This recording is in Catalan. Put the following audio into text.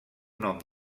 nom